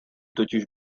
totiž